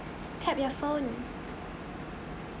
tap your phone